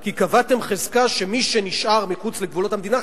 כי קבעתם חזקה שמי שנשאר מחוץ לגבולות המדינה,